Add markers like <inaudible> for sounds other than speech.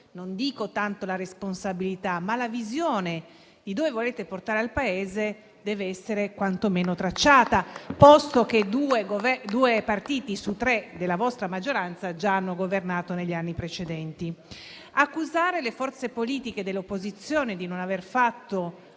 non dico tanto la responsabilità, ma la visione di dove volete portare il Paese deve essere quantomeno tracciata, posto che due partiti su tre della vostra maggioranza già hanno governato negli anni precedenti. <applause> Accusare le forze politiche dell'opposizione di non aver fatto